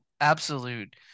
absolute